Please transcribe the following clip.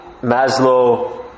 Maslow